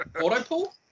auto-pull